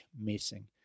missing